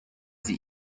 sie